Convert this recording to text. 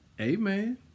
amen